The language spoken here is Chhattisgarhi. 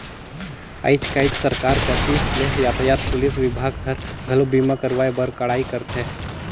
आयज कायज सरकार कति ले यातयात पुलिस विभाग हर, घलो बीमा करवाए बर कड़ाई करथे